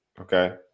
Okay